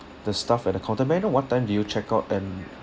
the staff at the counter may I know what time did you check out and